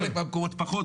בחלק מהמקומות פחות,